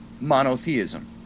monotheism